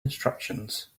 instructions